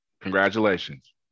Congratulations